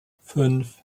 fünf